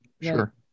Sure